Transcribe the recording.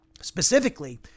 Specifically